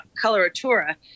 coloratura